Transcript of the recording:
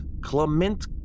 Clement